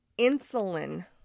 insulin